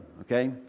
okay